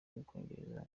y’ubwongereza